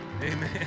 Amen